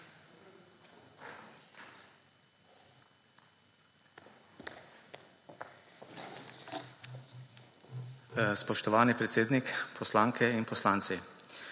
Spoštovani predsednik, poslanke in poslanci!